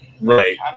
Right